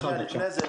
לפני זה,